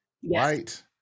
white